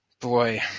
Boy